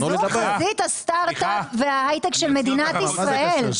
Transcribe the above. זו חזית הסטארט אפ וההיי טק של מדינת ישראל.